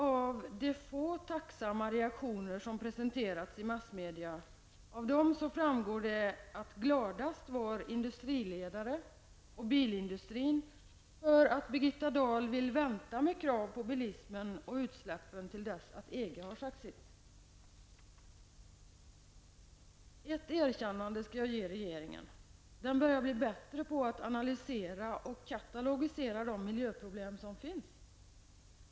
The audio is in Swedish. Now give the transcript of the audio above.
Av de få tacksamma reaktioner som presenterats i massmedia framgår det att det var industriledare och bilindustrin som var gladast för att Birgitta Dahl vill vänta med krav på bilismen och utsläpp tills EG sagt sitt. Jag skall ge regeringen ett erkännande. Den börjar att bli bättre på att analysera och katalogisera de miljöproblem som finns.